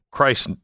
Christ